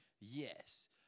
Yes